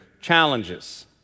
challenges